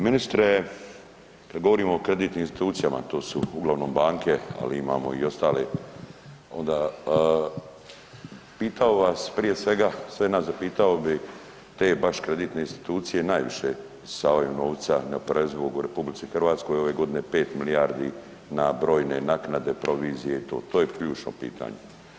Ministre, kada govorimo o kreditnim institucijama to su uglavnom banke, ali imamo i ostale onda pitao bih vas prije svega, sve nas zapitao bi te baš kreditne institucije najviše isisavaju novca na … u RH ove godine 5 milijardi na brojne naknade, provizije i to, to je ključno pitanje.